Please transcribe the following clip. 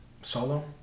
solo